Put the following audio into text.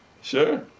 Sure